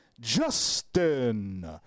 Justin